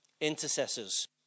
intercessors